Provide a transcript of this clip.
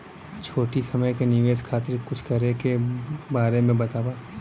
छोटी समय के निवेश खातिर कुछ करे के बारे मे बताव?